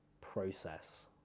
process